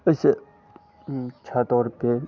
ऐसे छत और के